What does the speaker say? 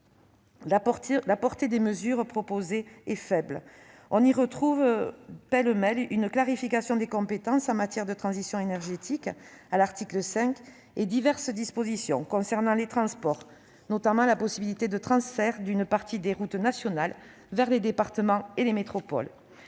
la portée des mesures proposées est faible. On y retrouve pêle-mêle une clarification des compétences en matière de transition énergétique, à l'article 5, et diverses dispositions concernant les transports, notamment la possibilité de transfert d'une partie des routes nationales vers les départements et les métropoles.